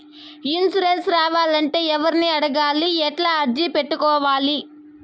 Insurance రావాలంటే ఎవర్ని అడగాలి? ఎట్లా అర్జీ పెట్టుకోవాలి?